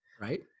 Right